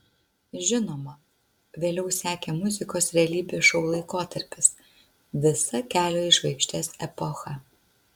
žinoma vėliau sekė muzikos realybės šou laikotarpis visa kelio į žvaigždes epocha